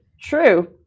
True